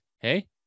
Hey